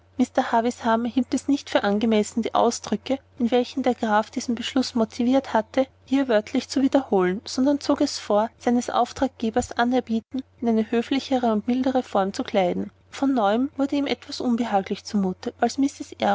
mr havisham hielt es nicht für angemessen die ausdrücke in welchen der graf diesen beschluß motiviert hatte hier wörtlich zu wiederholen sondern zog es vor seines auftraggebers anerbieten in eine höflichere und mildere form zu kleiden von neuem wurde ihm etwas bänglich zu mute als